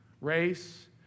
race